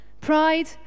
Pride